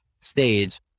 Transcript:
stage